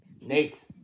nate